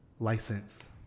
license